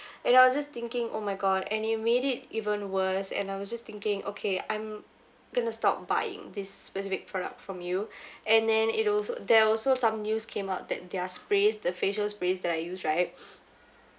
and I was just thinking oh my god and it made it even worse and I was just thinking okay I'm going to stop buying this specific product from you and then it also there are also some news came out that their sprays the facial sprays that I use right